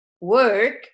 work